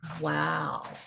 Wow